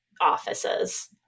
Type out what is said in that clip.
offices